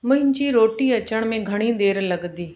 मुंहिंजी रोटी अचण में घणी देरि लॻंदी